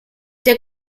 der